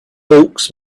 hawks